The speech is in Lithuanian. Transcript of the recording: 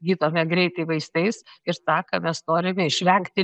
gydome greitai vaistais ir tą ką mes norime išvengti